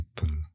people